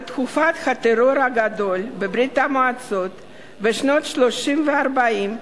בתקופת הטרור הגדול בברית-המועצות בשנות ה-30 וה-40,